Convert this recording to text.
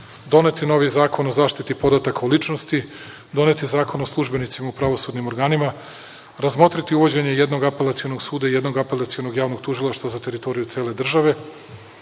Doneti novi zakon o zaštiti podataka o ličnosti, doneti zakon o službenicima u pravosudnim organima, razmotriti uvođenje jednog apelacionog suda i jednog apelacionog javnog tužilaštva za teritoriju cele države.